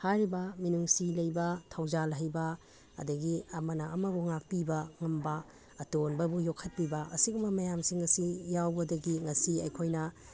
ꯍꯥꯏꯔꯤꯕ ꯃꯤꯅꯨꯡꯁꯤ ꯂꯩꯕ ꯊꯧꯖꯥꯜ ꯍꯩꯕ ꯑꯗꯒꯤ ꯑꯃꯅ ꯑꯃꯕꯨ ꯉꯥꯛꯄꯤꯕ ꯉꯝꯕ ꯑꯇꯣꯟꯕꯕꯨ ꯌꯣꯛꯈꯠꯄꯤꯕ ꯑꯁꯤꯒꯨꯝꯕ ꯃꯌꯥꯝꯁꯤꯡ ꯑꯁꯤ ꯌꯥꯎꯕꯗꯒꯤ ꯉꯁꯤ ꯑꯩꯈꯣꯏꯅ